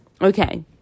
Okay